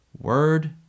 word